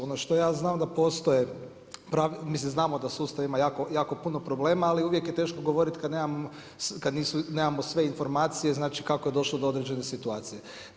Ono što ja znam da postoje, znamo da sustav ima jako puno problema ali uvijek je teško govoriti kad nemamo sve informacije znači ako je došlo do određene situacije.